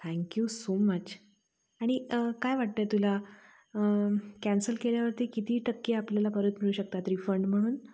thank you so much आणि काय वाटतंय तुला कॅन्सल केल्यावरती किती टक्के आपल्याला परत मिळू शकतात रिफंड म्हणून